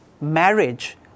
marriage